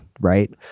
right